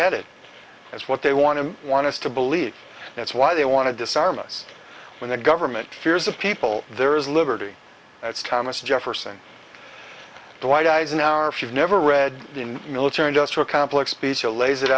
headed that's what they want to want to believe that's why they want to disarm us when the government fears of people there is liberty that's thomas jefferson dwight eisenhower if you've never read the military industrial complex speech or lays it